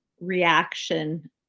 reaction